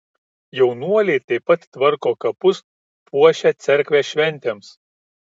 jaunuoliai taip pat tvarko kapus puošia cerkvę šventėms